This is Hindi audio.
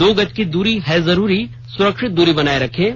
दो गज की दूरी है जरूरी सुरक्षित दूरी बनाए रखें